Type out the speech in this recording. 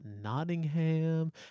Nottingham